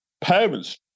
parents